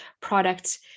product